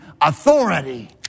authority